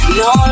no